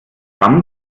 gramm